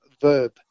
Verb